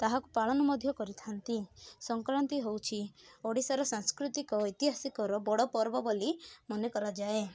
ତାହାକୁ ପାଳନ ମଧ୍ୟ କରିଥାଆନ୍ତି ସଂକ୍ରାନ୍ତି ହେଉଛି ଓଡ଼ିଶାର ସାଂସ୍କୃତିକ ଐତିହାସିକର ବଡ଼ ପର୍ବ ବୋଲି ମନେ କରାଯାଏ